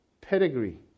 pedigree